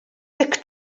dic